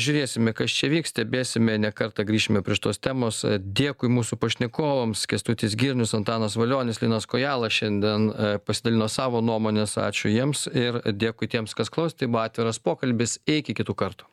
žiūrėsime kas čia vyks stebėsime ne kartą grįšime prie šitos temos dėkui mūsų pašnekovams kęstutis girnius antanas valionis linas kojala šiandien pasidalino savo nuomones ačiū jiems ir dėkui tiems kas klausė tai buvo atviras pokalbis iki kitų kartų